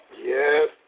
Yes